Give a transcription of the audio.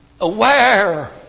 aware